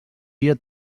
dia